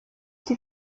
die